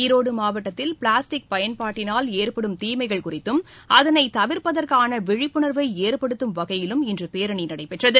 ஈரோடு மாவட்டத்தில் பிளாஸ்டிக் பயன்பாட்டினால் ஏற்படும் தீமைகள் குறித்தும் அதனை தவிர்ப்பதற்கான விழிப்புணர்வை ஏற்படுத்தும் வகையிலும் இன்று பேரணி நடைபெற்றது